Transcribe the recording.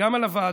וגם על הוועדות.